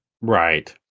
Right